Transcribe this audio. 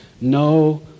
no